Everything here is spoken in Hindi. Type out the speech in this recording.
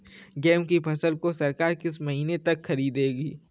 गेहूँ की फसल को सरकार किस महीने तक खरीदेगी?